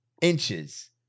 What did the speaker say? inches